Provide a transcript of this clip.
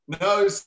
No